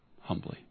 humbly